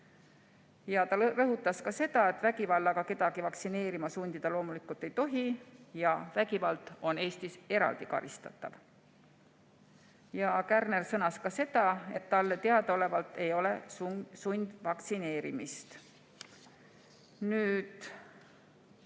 Ta rõhutas ka seda, et vägivallaga kedagi vaktsineerima sundida loomulikult ei tohi ja vägivald on Eestis eraldi karistatav. Kärner sõnas veel, et talle teadaolevalt ei ole [Eestis] sundvaktsineerimist. Nüüd,